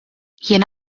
jien